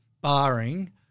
barring